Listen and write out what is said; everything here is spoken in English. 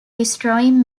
destroying